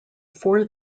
for